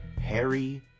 Harry